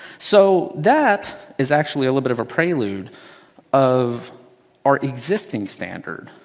so that is actually a little bit of a prelude of our existing standard.